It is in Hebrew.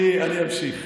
אני אמשיך.